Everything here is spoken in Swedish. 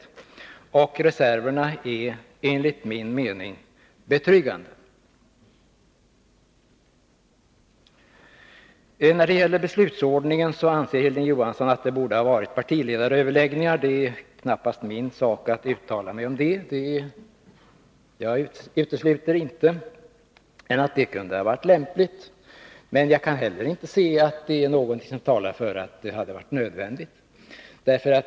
Reserverna är enligt min mening betryggande. När det gäller beslutsordningen anser Hilding Johansson att partiledaröverläggningar borde ha skett. Det är knappast min sak att avgöra detta. Jag utesluter inte att det kunde ha varit lämpligt, men kan inte heller se att någonting talar för att det hade varit nödvändigt.